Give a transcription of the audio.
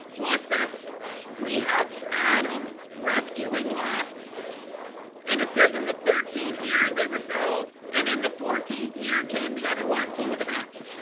watch this we have adam rescuing lot and it says in the thirteenth year, they rebelled and in the fourteenth year came the other one. well, look at that